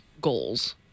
goals